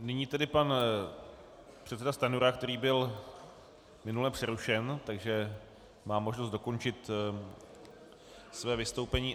Nyní tedy pan předseda Stanjura, který byl minule přerušen, takže má možnost dokončit své vystoupení.